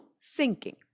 sinking